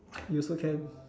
you also can